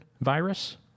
virus